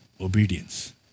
Obedience